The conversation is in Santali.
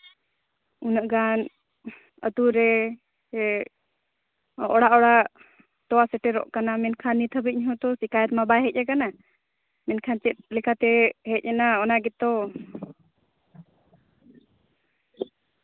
ᱩᱱᱟᱹᱜ ᱜᱟᱱ ᱟᱹᱛᱩ ᱨᱮ ᱥᱮ ᱚᱲᱟᱜ ᱚᱲᱟᱜ ᱛᱚᱣᱟ ᱥᱮᱴᱮᱨᱚᱜ ᱠᱟᱱᱟ ᱢᱮᱱᱠᱷᱟᱱ ᱱᱤᱛ ᱦᱟᱹᱵᱤᱡ ᱦᱚᱸᱛᱚ ᱢᱟ ᱵᱟᱭ ᱦᱮᱡ ᱟᱠᱟᱱᱟ ᱢᱮᱱᱠᱷᱟᱱ ᱪᱮᱫ ᱞᱮᱠᱟᱛᱮ ᱦᱮᱡ ᱮᱱᱟ ᱚᱱᱟ ᱜᱮᱛᱚ